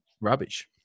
rubbish